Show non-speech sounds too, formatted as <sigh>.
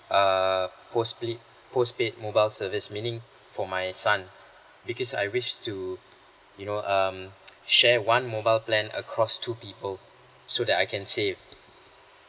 err possibly postpli~ postpaid mobile service meaning for my son because I wish to you know um <noise> share one mobile plan across two people so that I can save